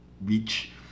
reach